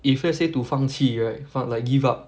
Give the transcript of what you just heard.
if let's say to 放弃 right fe~ like give up